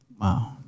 wow